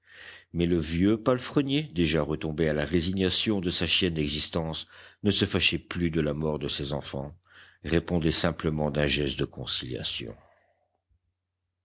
mais le vieux palefrenier déjà retombé à la résignation de sa chienne d'existence ne se fâchait plus de la mort de ses enfants répondait simplement d'un geste de conciliation